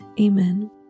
Amen